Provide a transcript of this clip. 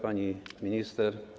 Pani Minister!